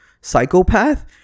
psychopath